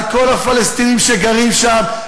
על כל הפלסטינים שגרים שם,